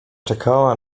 czekała